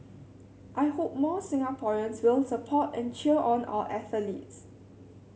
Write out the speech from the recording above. I hope more Singaporeans will support and cheer on our athletes